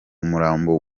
murambo